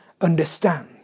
understand